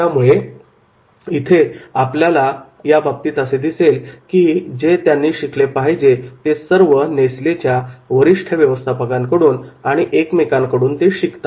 त्यामुळे इथे आपल्याला याबाबतीत असे दिसेल की जे त्यांनी शिकले पाहिजे ते सर्व नेसलेच्या वरिष्ठ व्यवस्थापकांकडून आणि एकमेकांकडून ते शिकतात